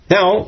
Now